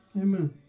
Amen